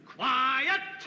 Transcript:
Quiet